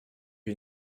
wir